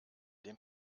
dem